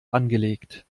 angelegt